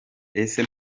ese